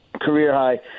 Career-high